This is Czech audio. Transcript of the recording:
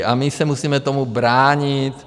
A my se musíme tomu bránit.